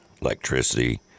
electricity